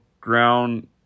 ground